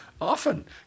often